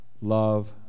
Love